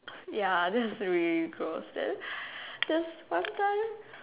ya that is really gross there's some times